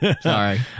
Sorry